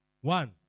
One